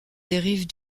dérive